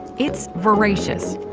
it's voracious,